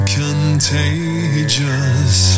contagious